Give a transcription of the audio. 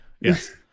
yes